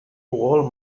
all